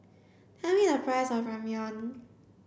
tell me the price of Ramyeon